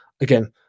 again